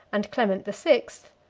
and clement the sixth,